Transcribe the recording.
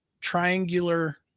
triangular